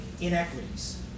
inequities